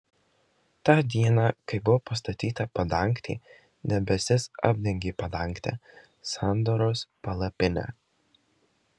tą dieną kai buvo pastatyta padangtė debesis apdengė padangtę sandoros palapinę